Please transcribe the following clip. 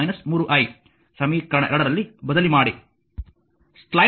ಸಮೀಕರಣ 2 ರಲ್ಲಿ ಬದಲಿ ಮಾಡಿ